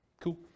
Cool